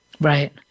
Right